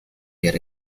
yet